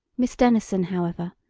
miss denison, however,